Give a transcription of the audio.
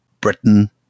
Britain